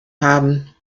haben